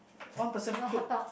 one person cook